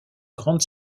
grande